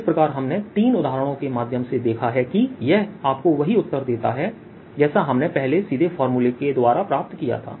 इस प्रकार हमने तीन उदाहरणों के माध्यम से देखा है कि यह आपको वही उत्तर देता है जैसा हमने पहले सीधे फार्मूला के द्वारा प्राप्त किया था